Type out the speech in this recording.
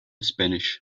spanish